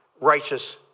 righteous